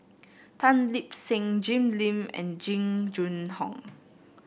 Tan Lip Seng Jim Lim and Jing Jun Hong